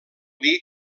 dir